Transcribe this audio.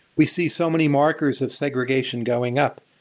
we see so many markers of segregation going up,